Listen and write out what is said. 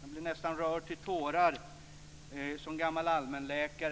Jag blev som gammal allmänläkare nästan rörd till tårar